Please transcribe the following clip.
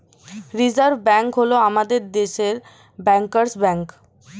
reserve bank হল আমাদের দেশের ব্যাঙ্কার্স ব্যাঙ্ক